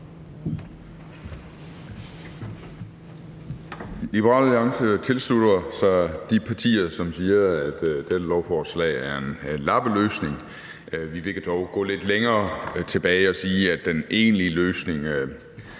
Alliance tilslutter sig de partier, som siger, at dette lovforslag er en lappeløsning. Vi vil dog gå lidt længere og sige, at den egentlige løsning